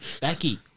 Becky